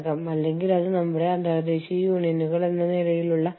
ചില ചെറിയ അഡാപ്റ്റേഷനുകൾ ചെയ്തുവരുന്നു